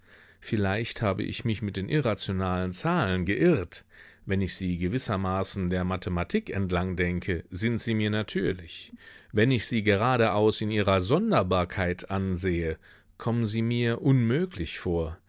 vielleicht habe ich mich mit den irrationalen zahlen geirrt wenn ich sie gewissermaßen der mathematik entlang denke sind sie mir natürlich wenn ich sie geradeaus in ihrer sonderbarkeit ansehe kommen sie mir unmöglich vor